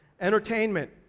Entertainment